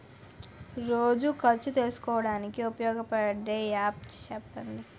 రోజు ఖర్చు తెలుసుకోవడానికి ఉపయోగపడే యాప్ చెప్పండీ?